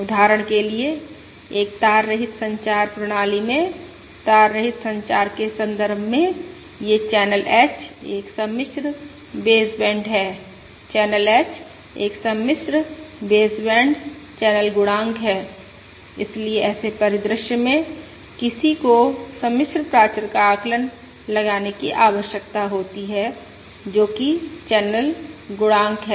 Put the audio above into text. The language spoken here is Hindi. उदाहरण के लिए एक तार रहित संचार प्रणाली में तार रहित संचार के संदर्भ में यह चैनल h एक सम्मिश्र बेसबैंड है चैनल h एक सम्मिश्र बेसबैंड चैनल गुणांक है इसलिए ऐसे परिदृश्य में किसी को सम्मिश्र प्राचर का आकलन लगाने की आवश्यकता होती है जो कि चैनल गुणांक है